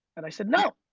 and i said no,